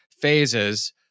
phases